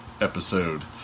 episode